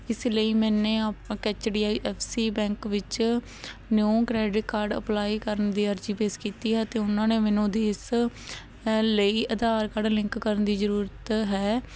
ਇਸ ਲਈ ਮੈਂ ਆਪ H D I F C bank ਵਿੱਚ ਨਿਊ ਕ੍ਰੈਡਿਟ ਕਾਰਡ ਅਪਲਾਈ ਕਰਨ ਦੀ ਅਰਜ਼ੀ ਪੇਸ਼ ਕੀਤੀ ਹੈ ਅਤੇ ਉਹਨਾਂ ਨੇ ਮੈਨੂੰ ਉਹਦੀ ਇਸ ਲਈ ਆਧਾਰ ਕਾਰਡ ਲਿੰਕ ਕਰਨ ਦੀ ਜ਼ਰੂਰਤ ਹੈ